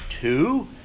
Two